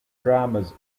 dramas